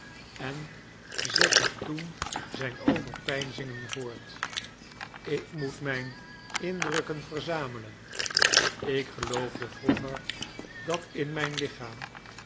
en zette toen zijn overpeinzingen voort ik moet mijn indrukken verzamelen ik geloofde vroeger dat in mijn lichaam